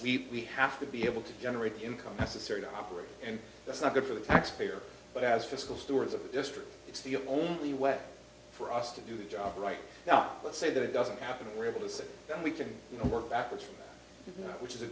happen we have to be able to generate income necessary to operate and that's not good for the taxpayer but as fiscal stewards of the district it's the only way for us to do the job right now let's say that it doesn't happen we're able to sit down we can you know work backwards which is a